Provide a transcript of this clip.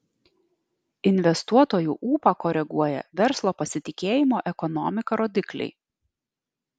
investuotojų ūpą koreguoja verslo pasitikėjimo ekonomika rodikliai